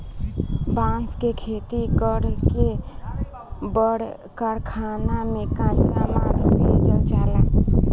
बांस के खेती कर के बड़ कारखाना में कच्चा माल भेजल जाला